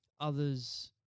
others